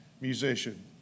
musician